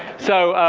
so